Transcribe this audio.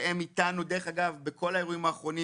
שהם איתנו בכל האירועים האחרונים,